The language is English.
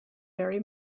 very